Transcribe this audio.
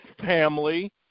family